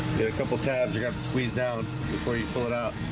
couple tabs you have to squeeze down before you pull it out